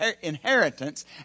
inheritance